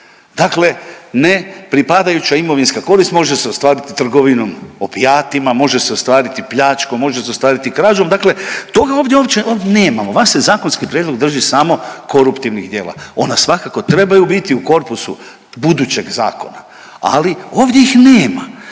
Dakle, nepripadajuća imovinska korist može se ostvariti trgovinom, opijatima, može se ostvariti pljačkom, može se ostvariti krađom. Dakle, toga ovdje uopće nema. Vaš se zakonski prijedlog drži samo koruptivnih djela. Ona svakako trebaju biti u korpusu budućeg zakona, ali ovdje ih nema.